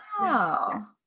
Wow